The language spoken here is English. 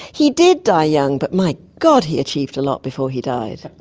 he did die young, but my god he achieved a lot before he died.